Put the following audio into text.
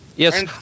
Yes